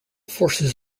forces